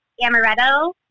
amaretto